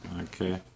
Okay